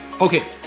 Okay